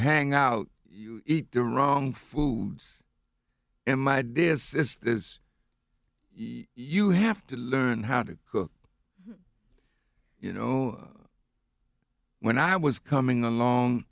hang out you eat the wrong foods in my this is you have to learn how to cook you know when i was coming along